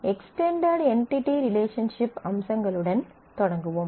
extended entity relationship அம்சங்களுடன் தொடங்குவோம்